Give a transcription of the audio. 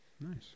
Nice